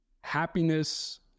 happiness